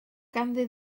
ganddi